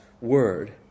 word